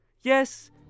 Yes